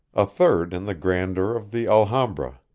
a third in the grandeur of the alhambra.